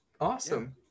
awesome